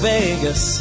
Vegas